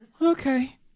Okay